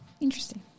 Interesting